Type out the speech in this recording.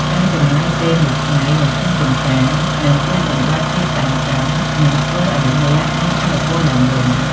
ការចំណាយពេលមួយថ្ងៃនៅក្នុងចម្ការនឹងជួយបំបាត់ភាពតានតឹងនិងធ្វើឱ្យអ្នកមានថាមពលឡើងវិញ។